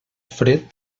fred